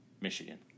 Michigan